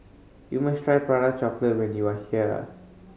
you must try Prata Chocolate when you are here